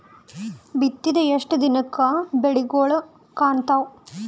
ಬಿತ್ತಿದ ಎಷ್ಟು ದಿನಕ ಬೆಳಿಗೋಳ ಕಾಣತಾವ?